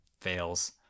fails